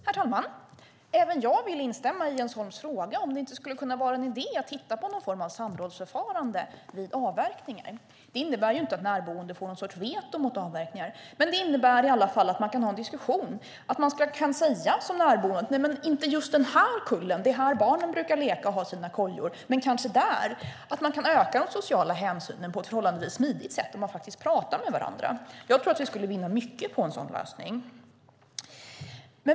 Herr talman! Jag instämmer i Jens Holms fråga om det inte skulle kunna vara en idé att titta på någon form av samrådsförfarande vid avverkningar. Det innebär inte att närboende får någon sorts veto mot avverkningar, men det innebär att man i alla fall kan ha en diskussion och som närboende säga: Ta inte just denna kulle, för här brukar barnen leka och ha sina kojor, men kanske där borta. Man kan öka den sociala hänsynen på ett förhållandevis smidigt sätt om man faktiskt pratar med varandra. Jag tror att vi skulle vinna mycket på en sådan lösning.